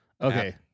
Okay